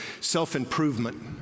self-improvement